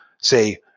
say